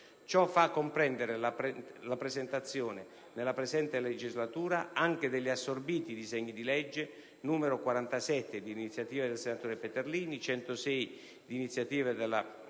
Ciò fa comprendere la presentazione, nella presente legislatura, anche degli assorbiti disegni di legge n. 47, d'iniziativa dei senatori Peterlini e altri, e n.